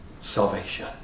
salvation